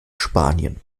spanien